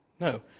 No